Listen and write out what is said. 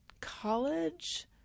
college